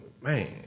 man